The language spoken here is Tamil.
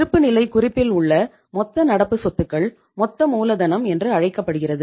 இருப்புநிலைக் குறிப்பில் உள்ள மொத்த நடப்பு சொத்துக்கள் மொத்த மூலதனம் என்று அழைக்கப்படுகிறது